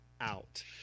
out